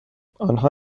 آنها